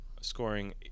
scoring